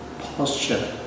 posture